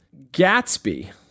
Gatsby